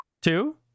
two